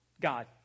God